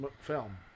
film